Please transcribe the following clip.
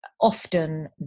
often